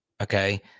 Okay